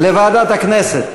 לוועדת הכנסת.